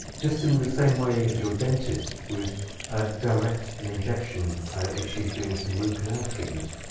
just in the same way as your dentist would direct and injection if she's doing some root-canal treatment.